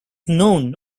known